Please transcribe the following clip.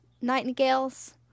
nightingales